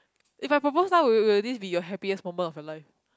if I propose now will will this be your happiest moment of your life